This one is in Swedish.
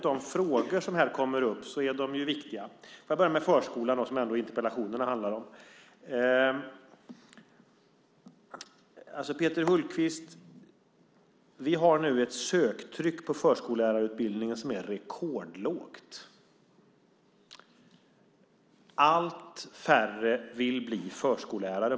De frågor som kommer upp här är viktiga. Jag ska börja med förskolan som interpellationerna ändå handlar om. Vi har nu, Peter Hultqvist, ett söktryck på förskollärarutbildningen som är rekordlågt. Allt färre vill bli förskollärare.